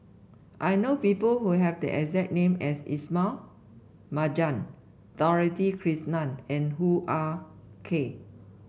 I know people who have the exact name as Ismail Marjan Dorothy Krishnan and Hoo Ah Kay